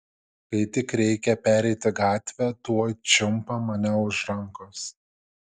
kai tik reikia pereiti gatvę tuoj čiumpa mane už rankos